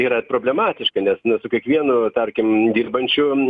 yra problematiška nes nu kiekvieno tarkim dirbančiu